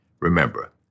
remember